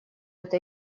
это